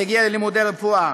מגיעים ללימודי רפואה?